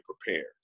prepared